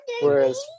Whereas